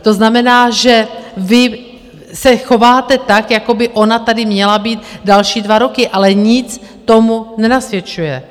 To znamená, že vy se chováte tak, jako by ona tady měla být další dva roky, ale nic tomu nenasvědčuje.